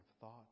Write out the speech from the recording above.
thought